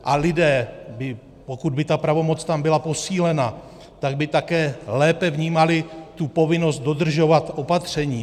A lidé, pokud by ta pravomoc tam byla posílena, tak by také lépe vnímali povinnost dodržovat opatření.